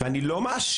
ואני לא מאשים,